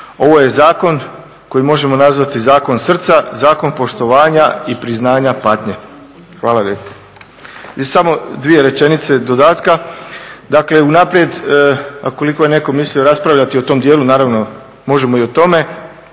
Ovo je zakon koji možemo nazvati zakon srca, zakon poštovanja i priznanja patnje. Hvala lijepo. Samo dvije rečenice dodatka, dakle unaprijed a koliko je netko mislio raspravljati o tom dijelu naravno možemo i o tome,